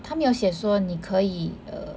他没有写说你可以 err